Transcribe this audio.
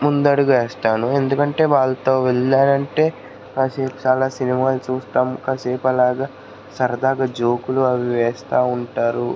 ముందడుగు వేస్తాను ఎందుకంటే వాళ్ళతో వెళ్ళానంటే కాసేపు చాలా సినిమాలు చూస్తాం కాసేపు అలాగ సరదాగా జోకులు అవీ వేస్తా ఉంటారు